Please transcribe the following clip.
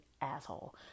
asshole